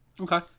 Okay